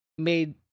made